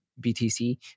btc